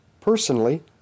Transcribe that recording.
Personally